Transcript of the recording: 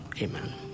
Amen